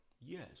Yes